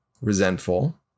resentful